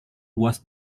was